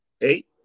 eight